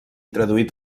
traduït